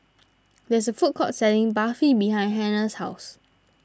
there is a food court selling Barfi behind Hannah's house